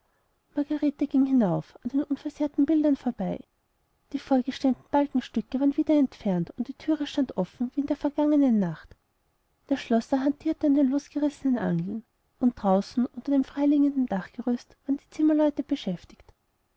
margarete ging hinauf an den unversehrten bildern vorüber die vorgestemmten balkenstücke waren wieder entfernt und die thüre stand offen wie in der vergangenen nacht der schlosser hantierte an den losgerissenen angeln und draußen unter dem freigelegten dachgerüst waren zimmerleute beschäftigt